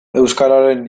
euskararen